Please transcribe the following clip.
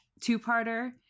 two-parter